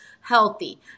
healthy